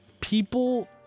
people